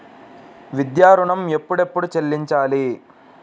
విద్యా ఋణం ఎప్పుడెప్పుడు చెల్లించాలి?